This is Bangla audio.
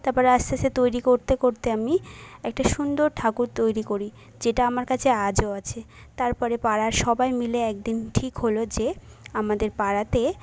তারপরে আস্তে আস্তে তৈরি করতে করতে আমি একটা সুন্দর ঠাকুর তৈরি করি যেটা আমার কাছে আজও আছে তারপরে পাড়ার সবাই মিলে একদিন ঠিক হল যে আমাদের পাড়াতে